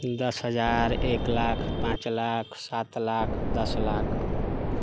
दस हजार एक लाख पाँच लाख सात लाख दस लाख